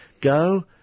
go